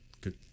Good